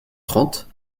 trente